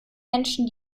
menschen